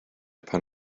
pan